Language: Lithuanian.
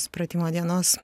supratimo dienos